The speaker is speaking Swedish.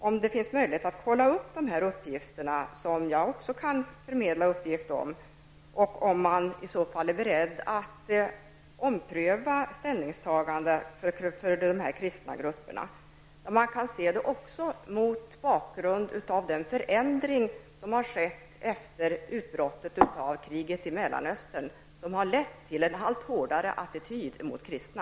Finns det möjlighet att kontrollera dessa uppgifter, som även jag kan vidarebefordra? Är man i så fall beredd att ompröva ställningstagandena beträffande dessa kristna grupper? Man kan också se på denna fråga mot bakgrund av den förändring som har skett efter utbrottet av kriget i Mellanöstern. Detta har medfört en allt hårdare attityd gentemot kristna.